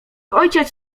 ojciec